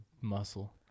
muscle